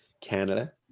Canada